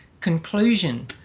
conclusion